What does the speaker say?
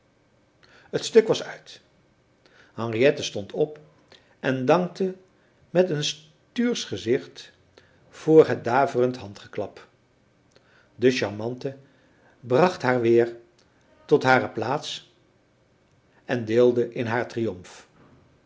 het stuk was uit henriette stond op en dankte met een stuursch gezicht voor het daverend handgeklap de charmante bracht haar weer tot hare plaats en deelde in haar triomf